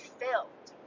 filled